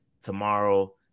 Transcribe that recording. tomorrow